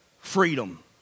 freedom